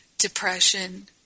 Depression